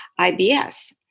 IBS